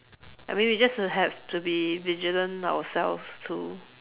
I mean we just have to be vigilant ourselves to